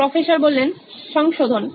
professor সংশোধন